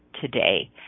today